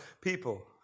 people